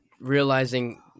realizing